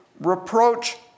reproach